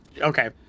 okay